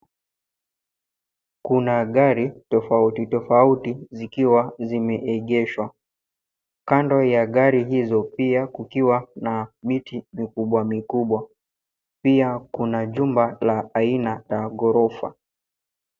Kuna gari tofauti tofauti zikiwa zimeegeshwa. Kando ya gari hizo pia kukiwa na miti mikubwa mikubwa. Pia kuna jumba la aina la ghorofa.